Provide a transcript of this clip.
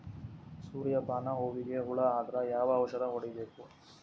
ಸೂರ್ಯ ಪಾನ ಹೂವಿಗೆ ಹುಳ ಆದ್ರ ಯಾವ ಔಷದ ಹೊಡಿಬೇಕು?